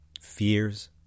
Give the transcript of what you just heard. fears